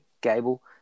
Gable